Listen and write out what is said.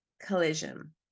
Collision